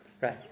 right